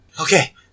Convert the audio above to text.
Okay